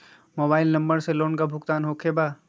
Mobile number से loan का भुगतान होखे बा?